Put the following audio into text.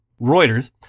Reuters